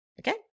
Okay